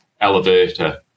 elevator